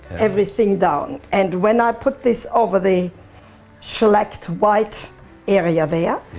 everything down. and when i put this over the shellaced white area there, yeah